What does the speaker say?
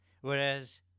whereas